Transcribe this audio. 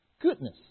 goodness